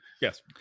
Yes